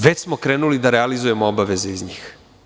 Već smo krenuli da realizujemo obaveze iz njih.